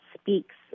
speaks